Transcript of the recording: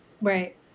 Right